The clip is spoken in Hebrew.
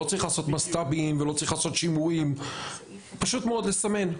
לא צריך לעשות שינויים, פשוט מאוד לסמן,